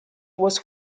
was